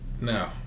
No